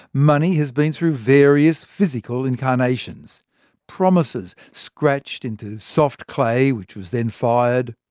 money has been through various physical incarnations promises scratched into soft clay which was then fired,